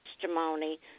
testimony